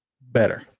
better